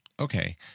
Okay